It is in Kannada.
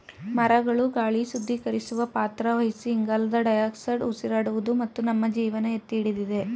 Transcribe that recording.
ಮರಗಳು ಗಾಳಿ ಶುದ್ಧೀಕರಿಸುವ ಪಾತ್ರ ವಹಿಸಿ ಇಂಗಾಲದ ಡೈಆಕ್ಸೈಡ್ ಉಸಿರಾಡುವುದು ಮತ್ತು ನಮ್ಮ ಜೀವನ ಎತ್ತಿಹಿಡಿದಿದೆ